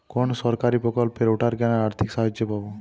কোন সরকারী প্রকল্পে রোটার কেনার আর্থিক সাহায্য পাব?